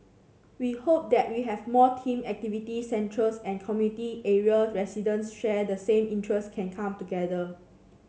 we hope that we have more themed activity centres and community area residents share the same interest can come together